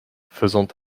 faisant